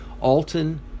Alton